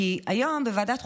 כי היום בוועדת החוקה,